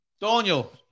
Daniel